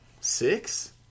Six